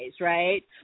right